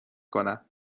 کنم